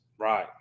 Right